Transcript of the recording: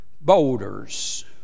boulders